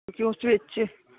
ਕਿਉਂਕਿ ਉਸ ਵਿੱਚ